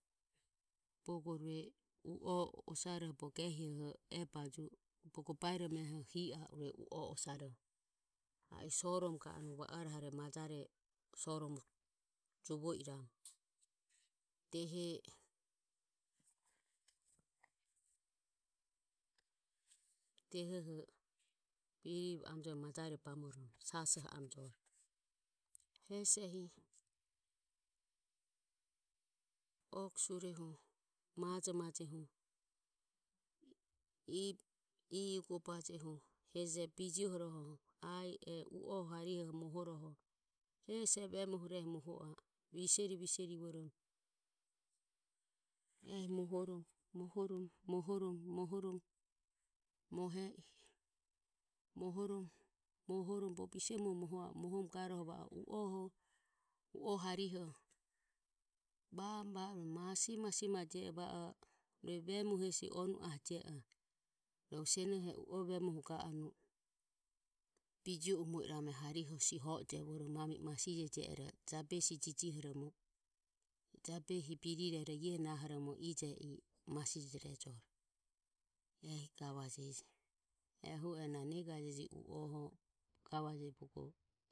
Rohu bogo rue uo e baju e bogo va hi a e u o osaroho va o hi ae soromo ga ae dehe dehoho majae bamoromo sasoho joro hesi iae ugobaje bijoho rohe harihe moho. Ae visere visere ehi moho irohe moho irohe mohoromo mohoromo bogo bise muho mohoromo ga i u o haihe va o masije masije hesi onu ahe je oho vemoho ga anue bijo umo iramu mami e masije je ero jabesi jijiho iramu jabesi birerero iae nahoromo jabsi ije e masije jio iroheni ehu ero na negaje u oho gavajeje bogo.